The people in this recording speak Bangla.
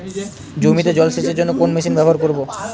জমিতে জল সেচের জন্য কোন মেশিন ব্যবহার করব?